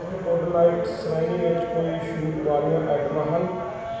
ਕੀ good night ਸ਼੍ਰੇਣੀ ਵਿੱਚ ਕੋਈ ਛੂਟ ਵਾਲੀਆਂ ਆਈਟਮਾਂ ਹਨ